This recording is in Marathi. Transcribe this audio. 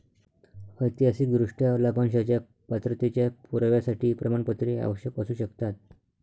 ऐतिहासिकदृष्ट्या, लाभांशाच्या पात्रतेच्या पुराव्यासाठी प्रमाणपत्रे आवश्यक असू शकतात